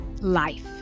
life